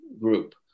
Group